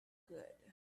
good